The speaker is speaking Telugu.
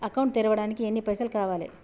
అకౌంట్ తెరవడానికి ఎన్ని పైసల్ కావాలే?